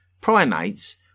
Primates